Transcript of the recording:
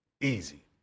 easy